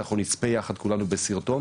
אנחנו נצפה כעת כולנו ביחד בסרטון